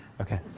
okay